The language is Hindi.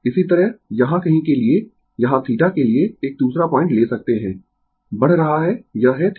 इसी तरह यहाँ कहीं के लिए यहाँ θ के लिए एक दूसरा पॉइंट ले सकते है बढ़ रहा है यह है θ